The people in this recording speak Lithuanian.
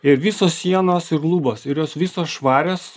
ir visos sienos ir lubos ir jos visos švarios